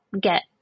get